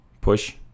Push